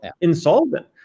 insolvent